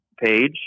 page